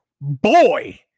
Boy